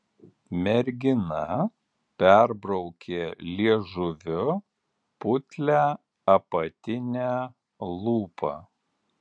mergina perbraukė liežuviu putlią apatinę lūpą